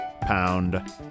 Pound